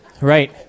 Right